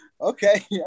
Okay